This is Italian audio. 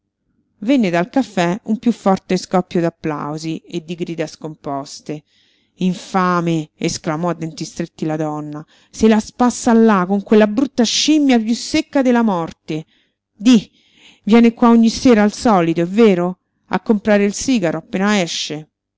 venne dal caffè un piú forte scoppio d'applausi e di grida scomposte infame esclamò a denti stretti la donna se la spassa là con quella brutta scimmia piú secca della morte di viene qua ogni sera al solito è vero a comprare il sigaro appena esce